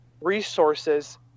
resources